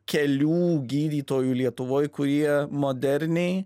kelių gydytojų lietuvoj kurie moderniai